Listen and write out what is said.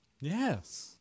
Yes